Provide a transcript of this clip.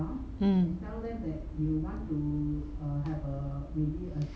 mm